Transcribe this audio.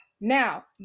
Now